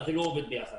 זה לא עובד ביחד.